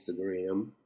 Instagram